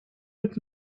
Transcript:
mit